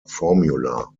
formula